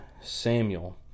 Samuel